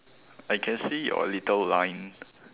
I can see your little line